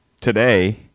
today